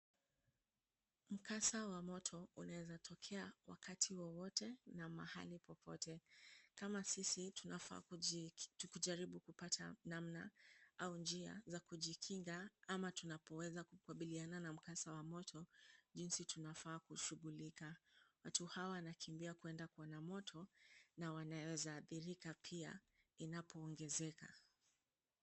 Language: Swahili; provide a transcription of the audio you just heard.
Mkasa wa moto unaweza tokea wakati wowote na mahali popote. Kama sisi, tunafaa tujaribu kupata namna au njia za kujikinga ama tunapoweza kukabiliana na mkasa wa moto jinsi tunafaa kushughulika. Watu hawa wanakimbia kwenda kuona moto na wanaweza adhirika pia inapoongezeka.